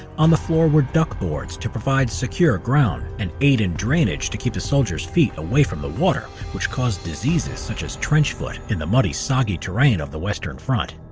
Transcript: on the floor were duckboards to provide secure ground and, aid in drainage to keep the soldiers feet away from the water, which caused diseases such as trench foot in the muddy, soggy terrain of the western front.